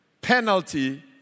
penalty